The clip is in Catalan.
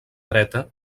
dreta